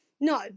No